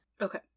Okay